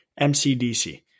MCDC